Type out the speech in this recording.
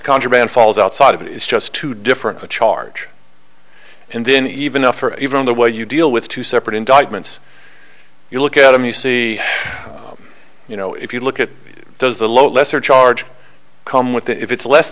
contraband falls outside of it is just too different a charge and then even up for even the way you deal with two separate indictments you look at them you see you know if you look at does the lesser charge come with if it's less